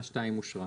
הצבעה תקנה 2 אושרה